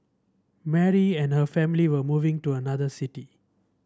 Mary and her family were moving to another city